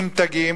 עם תגים,